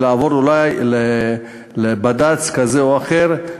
לעבור אולי לבד"ץ כזה או אחר,